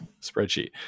spreadsheet